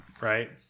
right